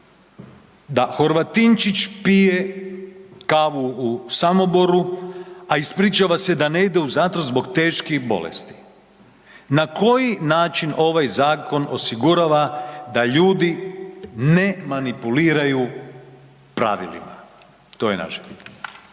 da Horvatinčić pije kavu u Samoboru, a ispričava se da ne ide u zatvor zbog teških bolesti. Na koji način ovaj zakon osigurava da ljudi ne manipuliraju pravilima? To je naše pitanje.